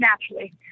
naturally